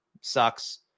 sucks